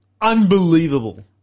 unbelievable